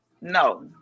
no